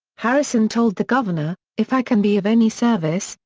harrison told the governor, if i can be of any service,